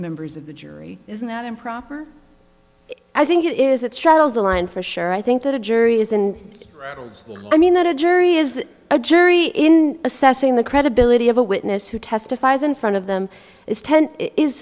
members of the jury isn't that improper i think it is it straddles the line for sure i think that a jury is and i mean that a jury is a jury in assessing the credibility of a witness who testifies in front of them is ten is